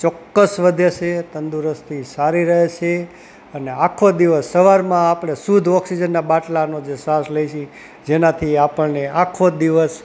ચોક્કસ વધે છે તંદુરસ્તી સારી રહે છે અને આખો દિવસ સવારમાં આપણે શુદ્ધ ઓક્સિજનના બાટલાનો જે શ્વાસ લઇએ છીએ જેનાથી આપણને આખો દિવસ